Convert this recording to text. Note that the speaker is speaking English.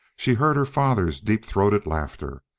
she heard her father's deep-throated laughter.